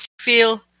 feel